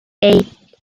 eight